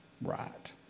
right